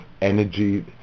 energy